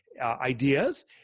ideas